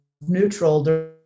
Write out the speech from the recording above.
neutral